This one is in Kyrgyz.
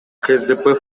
ксдп